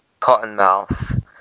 Cottonmouth